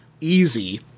easy